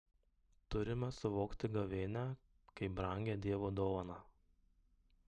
turime suvokti gavėnią kaip brangią dievo dovaną